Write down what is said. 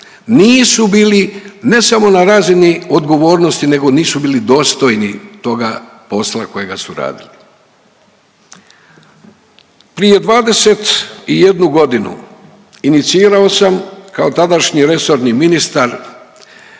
nisu bili ne samo na razini odgovornosti, nego nisu bili dostojni toga posla kojega su radili. Prije 21.g. inicirao sam kao tadašnji resorni ministar